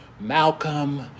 Malcolm